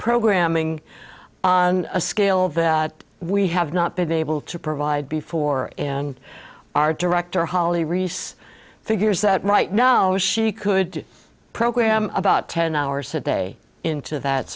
programming on a scale that we have not been able to provide before in our director holly reese figures that right now she could program about ten hours a day into that